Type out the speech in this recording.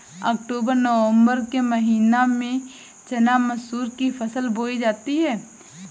अक्टूबर नवम्बर के महीना में चना मसूर की फसल बोई जाती है?